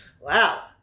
Wow